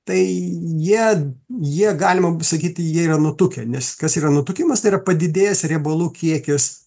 tai jie jie galima būt sakyti jie yra nutukę nes kas yra nutukimas tai yra padidėjęs riebalų kiekis